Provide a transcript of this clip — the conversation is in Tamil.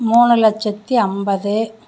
மூணு லட்சத்தி ஐம்பது